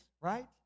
right